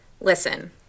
Listen